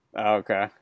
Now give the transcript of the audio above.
Okay